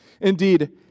Indeed